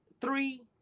three